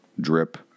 drip